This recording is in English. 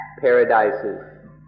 paradises